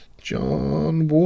John